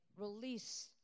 release